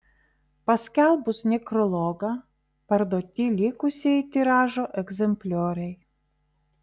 paskelbus nekrologą parduoti likusieji tiražo egzemplioriai